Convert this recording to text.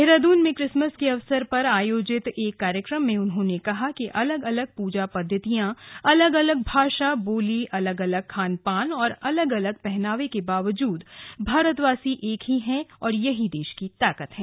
देहरादून में क्रिसमस के अवसर पर आयोजित एक कार्यक्रम में उन्होंने कहा कि अलग अलग पूजा पद्वतियां अलग अलग भाषा बोली अलग अलग खान पान और अलग अलग पहनावे के बावजूद भारतवासी एक है यही देश की ताकत है